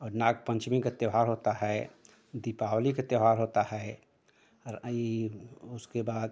और नाग पंचमी का त्योहार होता है दीपावली का त्योहार होता है अर अई उसके बाद